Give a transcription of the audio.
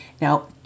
now